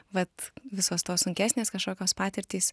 vat visos tos sunkesnės kažkokios patirtys